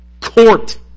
court